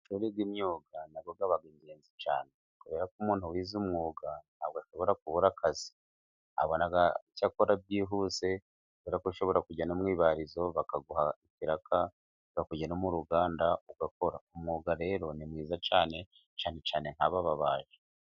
Amashuri y'imyuga nayo aba ingenzi cyane, kubera ko umuntu wize umwuga ntabwo ashobora kubura akazi, abona icyakora byihuse, kuko ushobora kujya no mu ibarizo bakaguha ibiraka, ushobora kujya no mu ruganda ugakora. Umwuga rero ni mwiza cyane, cyane cyane nkaba babaji.